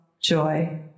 joy